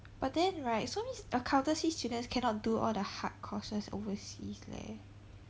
but then right so means accountancy students cannot do all the hard courses overseas leh